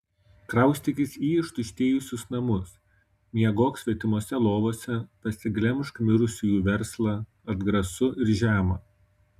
kraustykis į ištuštėjusius namus miegok svetimose lovose pasiglemžk mirusiųjų verslą atgrasu ir žema